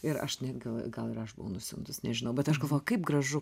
ir aš gal gal ir aš buvau nusiuntus nežinau bet aš galvoju kaip gražu